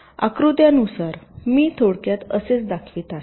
आकृत्यानुसार मी थोडक्यात असेच दाखवित आहे